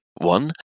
one